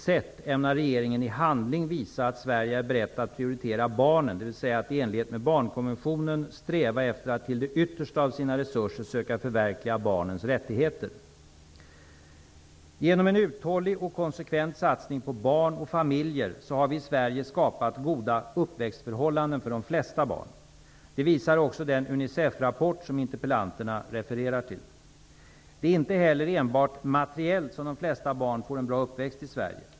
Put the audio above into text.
Sverige är berett att prioritera barnen, dvs. att i enlighet med barnkonventionen sträva efter att till det yttersta av sina resurser söka förverkliga barnens rättigheter? Genom en uthållig och konsekvent satsning på barn och familjer har vi i Sverige skapat goda uppväxtförhållanden för de flesta barn. Det visar också den Unicef-rapport, som interpellanterna refererar till. Det är inte heller enbart materiellt som de flesta barn får en bra uppväxt i Sverige.